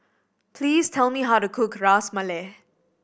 please tell me how to cook Ras Malai